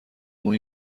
اون